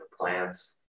plants